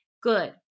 Good